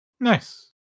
Nice